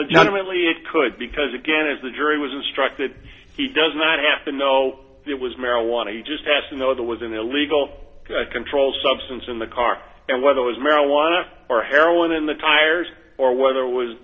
legitimately it could because again if the jury was instructed he does not have to know it was marijuana you just have to know there was an illegal controlled substance in the car and whether it was marijuana or heroin in the tires or whether it was